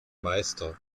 meister